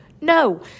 No